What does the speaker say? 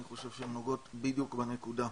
אני חושב שהם נוגעים בדיוק בנקודה,